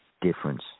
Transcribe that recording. difference